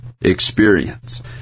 experience